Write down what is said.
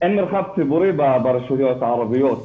מרחב ציבורי ברשויות הערביות,